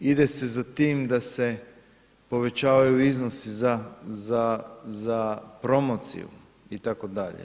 Ide se za tim da se povećavaju iznosi za promociju itd.